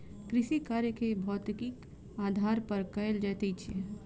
कृषिकार्य के भौतिकीक आधार पर कयल जाइत छै